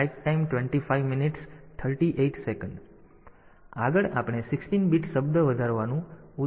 તેથી આગળ આપણે 16 બીટ શબ્દ વધારવાનું ઉદાહરણ જોઈએ